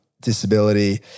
disability